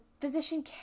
physician